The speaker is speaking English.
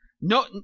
no